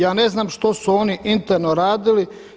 Ja ne znam što su oni interno radili.